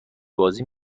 بازی